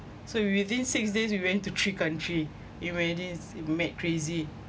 so within six days we went to tree country imagine it's mad crazy